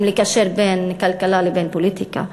אם לקשר בין כלכלה ובין פוליטיקה,